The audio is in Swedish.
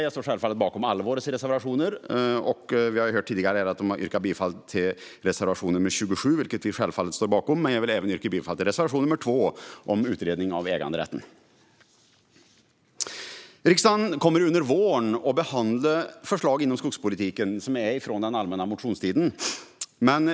Jag står självfallet bakom alla våra reservationer men vill yrka bifall till reservation 2 om utredning av äganderätten och reservation 27. Riksdagen kommer under våren att behandla förslag inom skogspolitiken från den allmänna motionstiden.